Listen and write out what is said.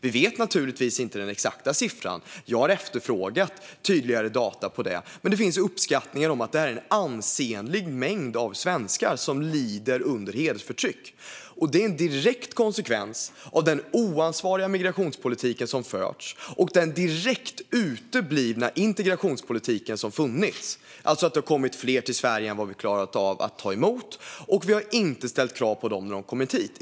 Vi vet naturligtvis inte den exakta siffran - jag har efterfrågat tydligare data om det - men det finns uppskattningar som pekar på att en ansenlig mängd svenskar lider under hedersförtryck. Detta är en direkt konsekvens av den oansvariga migrationspolitik som förts och av den direkt uteblivna integrationspolitiken, det vill säga att det har kommit fler till Sverige än vi har klarat av att ta emot och att vi inte har ställt krav på dem som har kommit hit.